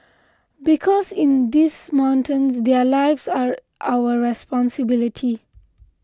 because in this mountains their lives are our responsibility